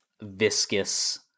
viscous